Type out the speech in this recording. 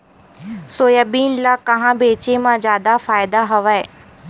Soybean ल कहां बेचे म जादा फ़ायदा हवय?